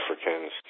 Africans